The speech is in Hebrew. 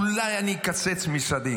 אולי אני אקצץ משרדים.